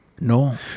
No